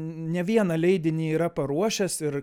ne vieną leidinį yra paruošęs ir